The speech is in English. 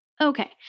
Okay